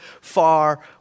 far